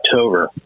October